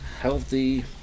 healthy